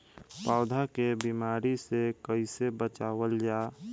पौधा के बीमारी से कइसे बचावल जा?